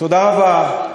תודה רבה.